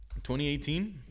2018